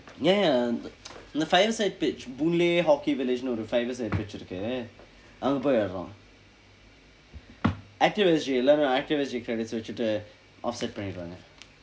ya ya அந்த:antha fire side pitch Boon-Lay hockey village-nu ஒரு:nu oru fire side pitch இருக்கு அங்க போய் விளையாடுறோம் :irukku angka pooy vilaiyaaduroom active S_G எல்லாரும்:ellaarum active S_G credits வைத்துட்டு:vaihthutdu offset பண்ணிருவாங்க:panniruvaangka